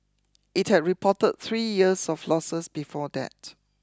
it had reported three years of losses before that